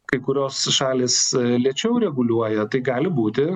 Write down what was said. kai kurios šalys lėčiau reguliuoja tai gali būti